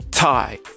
tie